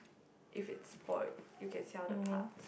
if it's spoil you can sell the parts